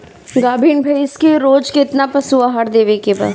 गाभीन भैंस के रोज कितना पशु आहार देवे के बा?